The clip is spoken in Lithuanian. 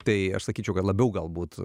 tai aš sakyčiau kad labiau galbūt